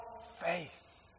faith